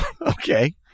Okay